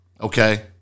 Okay